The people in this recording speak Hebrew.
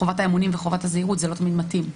חובת האמונים וחובת הזהירות זה לא תמיד מתאים.